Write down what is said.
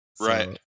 right